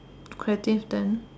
creative then